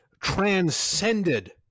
transcended